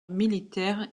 militaire